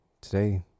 today